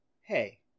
Hey